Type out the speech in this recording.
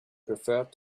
preferred